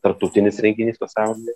tarptautinis renginys pasaulyje